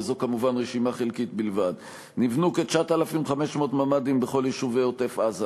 וזו כמובן רשימה חלקית בלבד: נבנו כ-9,500 ממ"דים בכל יישובי עוטף-עזה,